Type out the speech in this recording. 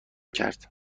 کرد